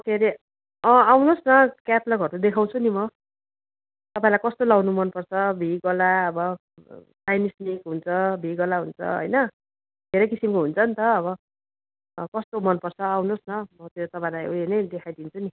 के रे अँ आउनोस् न क्याटलगहरू देखाउँछु नि म तपाईँलाई कस्तो लाउनु मनपर्छ भी गला अब चाइनिज नेक हुन्छ भी गला हुन्छ होइन धेरै किसिमको हुन्छ नि त अब कस्तो मनपर्छ आउनुहोस् न म त्यो तपाईँलाई उयो नै देखाइदिन्छु नि